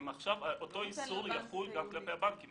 אם הפעילות נופלת תחת אחת הפעולות שמפורטות שם,